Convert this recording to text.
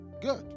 good